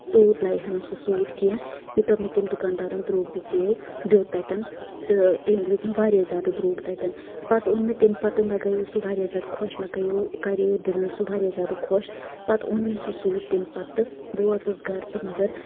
تیوٗت لَوِ ہا نہٕ سُہ سوٗٹ کیٚنٛہہ یوٗتاہ مےٚ تٔمۍ دُکان دارن درٛوگ دِژے یو دیُت تَتٮ۪ن تہٕ تٔمۍ دیُت مےٚ واریاہ زیادٕ دروٚگ تَتٮ۪ن پَتہٕ اوٚن مےٚ تمہِ پَتہٕ اوٚن مےٚ مےٚ گٔیو سُہ واریاہ زیادٕ خۄش مےٚ کیو کَریو سُہ دِلن واریاہ زیادٕ خۄش پَتہٕ اوٚن مےٚ سُہ سوٗٹ تَمہِ پَتہٕ بہٕ وٲژٕس گرٕ تہٕ مَگر